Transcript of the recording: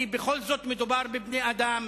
כי בכל זאת מדובר בבני-אדם.